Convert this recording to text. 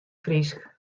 frysk